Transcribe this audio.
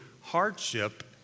hardship